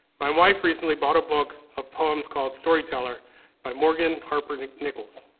my wife recently bought a book of poems called storyteller by morgan harper nichols.